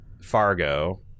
Fargo